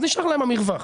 אז נשאר להם המרווח.